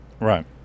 right